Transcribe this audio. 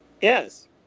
Yes